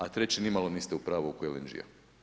A treće, ni malo niste u pravu oko LNG-a.